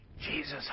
Jesus